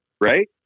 Right